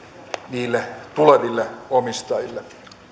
niille tuleville omistajille